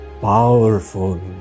powerful